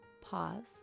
Pause